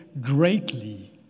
greatly